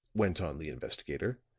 went on the investigator,